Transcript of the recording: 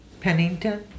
Pennington